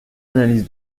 analyse